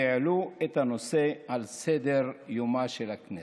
שהעלו את הנושא על סדר-יומה של הכנסת.